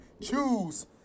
choose